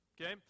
okay